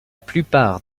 plupart